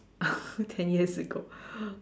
ten years ago